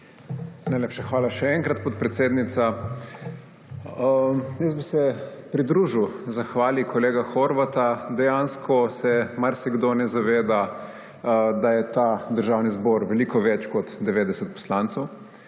Najlepša hvala še enkrat, podpredsednica. Pridružil bi se zahvali kolega Horvata. Dejansko se marsikdo ne zaveda, da je Državni zbor veliko več kot 90 poslancev